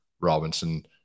robinson